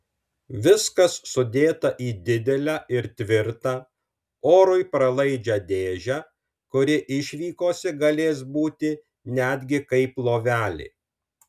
viskas sudėta į didelę ir tvirtą orui pralaidžią dėžę kuri išvykose galės būti netgi kaip lovelė